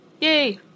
Yay